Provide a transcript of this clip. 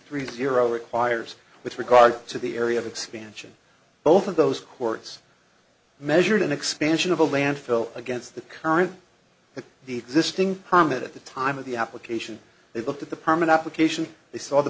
three zero requires with regard to the area of expansion both of those courts measured an expansion of a landfill against the current but the existing permit at the time of the application they looked at the permit application they saw the